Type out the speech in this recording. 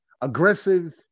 aggressive